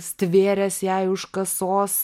stvėręs jai už kasos